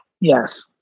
yes